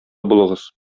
булыгыз